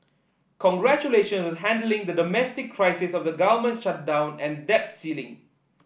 congratulations on handling the domestic crisis of the government shutdown and debt ceiling